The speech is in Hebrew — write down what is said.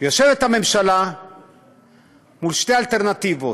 יושבת הממשלה מול שתי אלטרנטיבות,